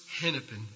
Hennepin